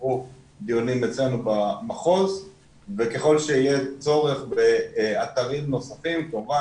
שעברו דיונים אצלנו במחוז וככל שיהיה צורך באתרים נוספים כמובן